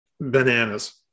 bananas